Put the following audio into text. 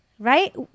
Right